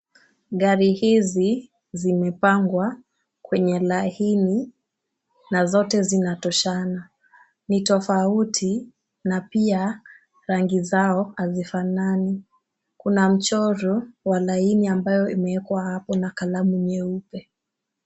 Gari hizi zimepangwa kwenye laini na zote zinatoshana. Ni tofauti na pia rangi zao hazifanani. Kuna mchoro wa laini ambayo imeekwa hapo na kalamu nyeupe.